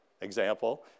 example